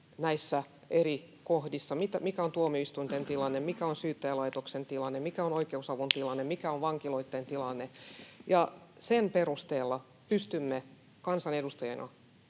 näissä eri kohdissa, mikä on tuomioistuinten tilanne, mikä on syyttäjälaitoksen tilanne, mikä on oikeusavun tilanne, mikä on vankiloitten tilanne, ja sen perusteella pystymme kansanedustajina